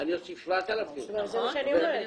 אני אוסיף 7,000. זה מה שאני אומרת,